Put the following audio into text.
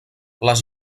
les